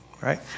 right